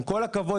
עם כל הכבוד,